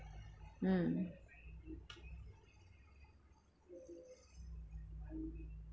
hmm